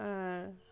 আর